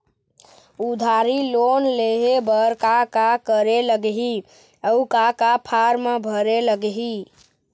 उधारी लोन लेहे बर का का करे लगही अऊ का का फार्म भरे लगही?